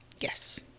Yes